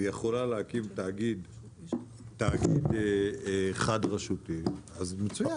ויכולה להקים תאגיד חד רשותי, אז מצוין.